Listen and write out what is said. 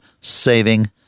Saving